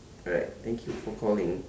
alright thank you for calling